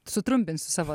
sutrumpinsiu savo